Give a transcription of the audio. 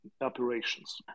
operations